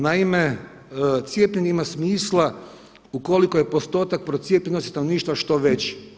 Naime, cijepljenje ima smisla ukoliko je postotak procijepljenosti stanovništva što veći.